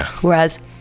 Whereas